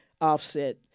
offset